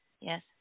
Yes